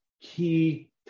key